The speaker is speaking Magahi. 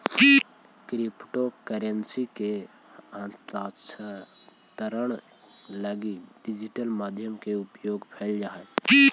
क्रिप्टो करेंसी के हस्तांतरण लगी डिजिटल माध्यम के उपयोग कैल जा हइ